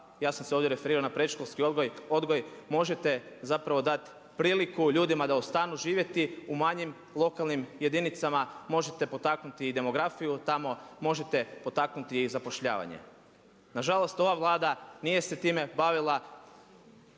ja sam se ovdje referirao na predškolski odgoj, možete zapravo dati priliku ljudima da ostanu živjeti u manjim lokalnim jedinicama, možete potaknuti i demografiju tamo, možete potaknuti i zapošljavanje. Nažalost ova Vlada nije se time bavila,